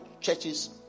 churches